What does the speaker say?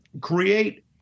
create